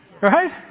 Right